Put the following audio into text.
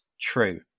true